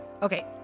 Okay